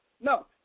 No